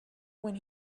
when